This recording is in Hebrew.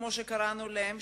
כמו שקראנו להן,